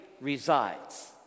resides